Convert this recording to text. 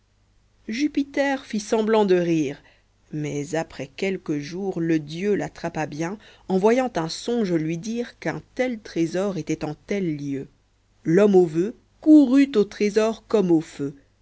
jupiter fit semblant de rire mais après quelques jours le dieu l'attrapa bien envoyant un songe lui dire qu'un tel trésor était en tel lieu l'homme au vœu courut au trésor comme au feu